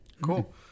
Cool